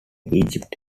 egypt